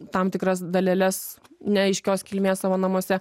tam tikras daleles neaiškios kilmės savo namuose